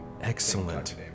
Excellent